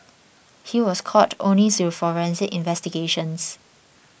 he was caught only through forensic investigations